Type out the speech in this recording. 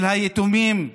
של היתומים.